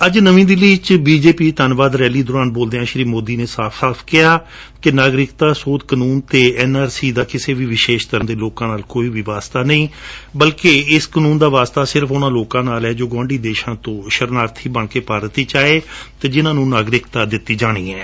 ਅੱਜ ਨਵੀ ਦਿੱਲੀ ਵਿਚ ਬੀਜੇਪੀ ਧੰਨਵਾਦ ਰੈਲੀ ਦੌਰਾਨ ਬੋਲਦਿਆਂ ਸ਼੍ਰੀ ਮੋਦੀ ਨੇ ਸਾਫ ਸਾਫ ਕਿਹਾ ਕਿ ਨਾਗਰਿਕਤਾ ਸੋਧ ਕਾਨੂੰਨ ਅਤੇ ਐਨਆਰਸੀ ਦਾ ਕਿਸੇ ਵੀ ਵਿਸ਼ੇਸ਼ ਧਰਮ ਦੇ ਲੋਕਾਂ ਨਾਲ ਕੋਈ ਵਾਸਤਾ ਨਹੀ ਬਲਕਿ ਇਸ ਕਾਨੂੰਨ ਦਾ ਵਾਸਤਾ ਸਿਰਫ ਉਨ੍ਹਾਂ ਲੋਕਾਂ ਨਾਲ ਹੈ ਜੋ ਗੁਆਂਢੀ ਦੇਸ਼ਾਂ ਤੋ ਸਰਣਾਰਥੀ ਬਣਕੇ ਭਾਰਤ ਵਿਚ ਆਏ ਅਤੇ ਜਿਨਾਂ ਨੂੰ ਨਾਗਰਿਕਤਾ ਦਿੱਤੀ ਜਾਣੀ ਹੈ